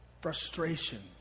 frustration